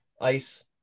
ice